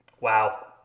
Wow